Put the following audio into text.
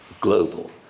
global